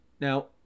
Now